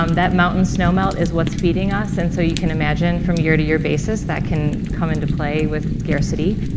um that mountain snow melt is what's feeding us, and so you can imagine from a year-to-year basis that can come into play with scarcity.